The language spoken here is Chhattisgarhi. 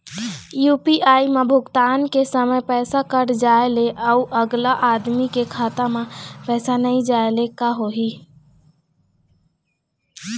यू.पी.आई म भुगतान के समय पैसा कट जाय ले, अउ अगला आदमी के खाता म पैसा नई जाय ले का होही?